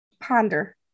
ponder